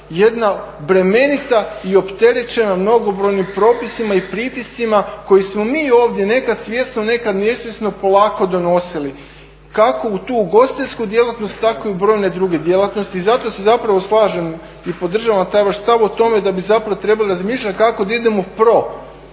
jedna bremenita i opterećena mnogobrojnim propisima i pritiscima koji smo mi ovdje nekad svjesno, nekad nesvjesno polako donosili, kako u tu ugostiteljsku djelatnost, tako i u brojne druge djelatnosti. Zato se zapravo slažem i podržavam taj vaš stav o tome da bi zapravo trebali razmišljati kako da idemo pro,